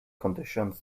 conditions